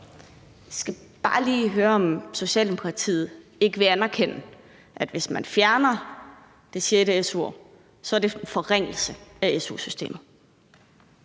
Jeg skal bare lige høre, om Socialdemokratiet ikke vil anerkende, at hvis man fjerner det sjette su-år, er det en forringelse af su-systemet.